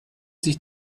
sich